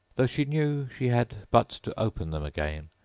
though she knew she had but to open them again,